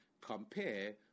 compare